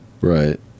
Right